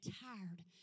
tired